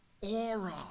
aura